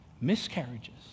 miscarriages